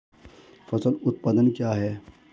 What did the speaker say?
फसल उत्पादन क्या है?